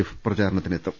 F പ്രചാരണത്തി നെത്തും